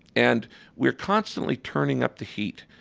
and we're constantly turning up the heat.